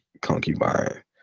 concubine